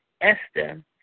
Esther